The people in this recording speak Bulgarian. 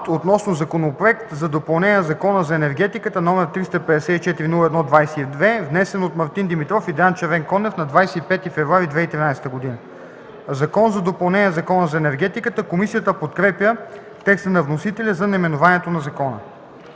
относно Законопроект за допълнение на Закона за енергетиката, № 354-01-22, внесен от Мартин Димитров и Диан Червенкондев на 25 февруари 2013 г. „Закон за допълнение на Закона за енергетиката.” Комисията подкрепя текста на вносителя за наименованието на закона.